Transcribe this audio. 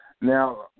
Now